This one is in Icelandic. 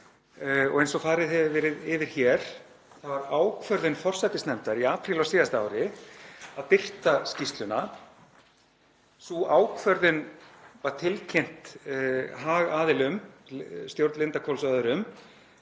Eins og farið hefur verið yfir hér var það ákvörðun forsætisnefndar í apríl á síðasta ári að birta skýrsluna. Sú ákvörðun var tilkynnt hagaðilum, stjórn Lindarhvols og öðrum